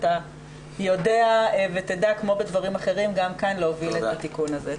שאתה יודע ותדע כמו בדברים אחרים גם כאן להוביל את התיקון הזה.